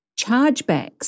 chargebacks